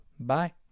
Bye